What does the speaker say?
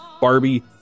Barbie